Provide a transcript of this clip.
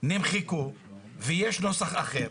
נמחקו ויש נוסח אחר.